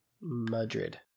Madrid